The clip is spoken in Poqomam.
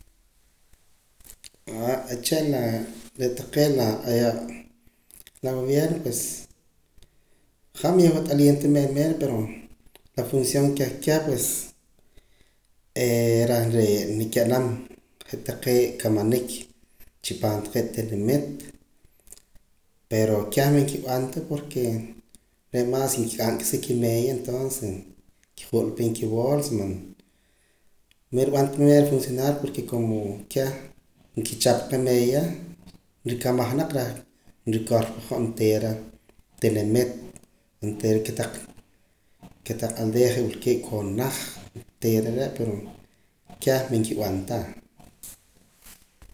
uche' la re' taqee la gobierno pues han yah man wat'aliim ta mero mero pero la función keh keh pues reh re' niqinaam je' taqee' kamanik chi paam taqee' tinimiit pero keh man kib'anta porque re' más nqiq'anqa sa kimeeya entonces nkij'ula pan kibolsa man man rib'anta mero funcionar porque keh nkichap qa meeya rikamaj naq reh rikoorpaja oontera tinimiit oontera kotaq kotaq aldea kiwii' ko naaj oontera re' pero keh man kib'anta.